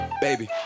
Baby